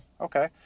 okay